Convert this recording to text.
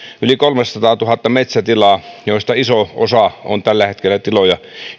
yli kolmesataatuhatta metsätilaa joista iso osa on tällä hetkellä tiloja